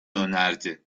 önerdi